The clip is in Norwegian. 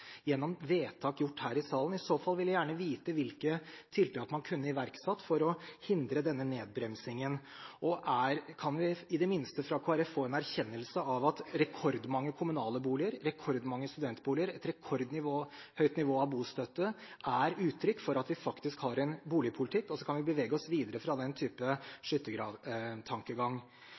gjennom vedtak gjort her i salen? I så fall vil jeg gjerne vite hvilke tiltak man kunne iverksatt for å hindre denne nedbremsingen. Kan vi fra Kristelig Folkeparti i det minste få en erkjennelse av at rekordmange kommunale boliger, rekordmange studentboliger og et rekordhøyt nivå av bostøtte er uttrykk for at vi faktisk har en boligpolitikk, og så kan vi bevege oss videre fra den